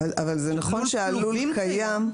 אבל זה נכון שעל לול קיים,